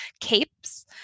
capes